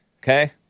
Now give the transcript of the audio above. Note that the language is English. Okay